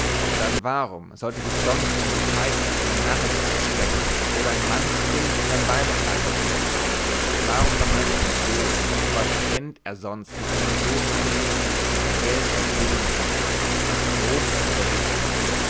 dann warum sollte sich sonst ein gescheider in ein narrenkleid stecken oder ein mannsbild in ein weiberkleid verstellen warum vermeint man wohl zu was end er sonst mit einem so ansehnlichen stück geld versehen sei als etwas großes zu verrichten